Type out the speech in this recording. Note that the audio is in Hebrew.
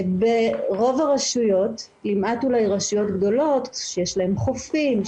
ברוב הרשויות למעט אולי רשויות גדולות שיש להן חופים,